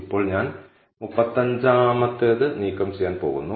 ഇപ്പോൾ ഞാൻ 35 ാമത്തേത് നീക്കം ചെയ്യാൻ പോകുന്നു